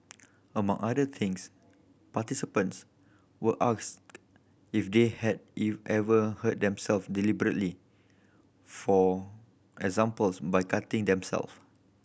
among other things participants were asked if they had ever hurt deliberately for examples by cutting themselves